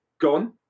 gone